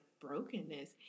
brokenness